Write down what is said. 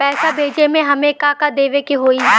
पैसा भेजे में हमे का का देवे के होई?